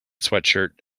sweatshirt